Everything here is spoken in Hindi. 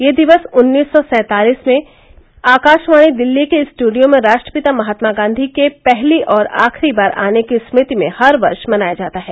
यह दिवस उन्नीस सौ सैंतालिस में आकाशवाणी दिल्ली के स्टूडियो में राष्ट्रपिता महात्मा गांधी के पहली और आखिरी बार आने की स्मृति में हर वर्ष मनाया जाता है